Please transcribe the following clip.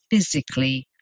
physically